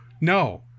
No